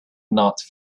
not